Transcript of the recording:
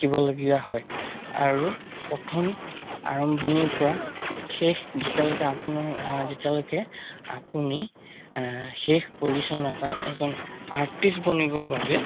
আঁকিবলগীয়া হয় আৰু প্ৰথম আৰম্ভণিৰ পৰা শেষ যেতিয়ালৈকে আপোনাৰ যেতিয়ালৈকে আপুনি শেষ পজিশ্যন নাপায় এজন আৰ্টিষ্ট বনিবৰ বাবে